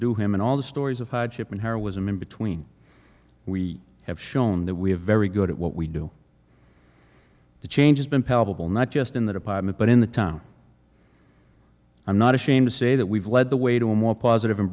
subdue him and all the stories of hardship and heroism in between we have shown that we have very good at what we do the change has been palpable not just in the department but in the town i'm not ashamed to say that we've led the way to a more positive and